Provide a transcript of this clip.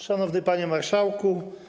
Szanowny Panie Marszałku!